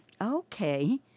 Okay